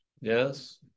Yes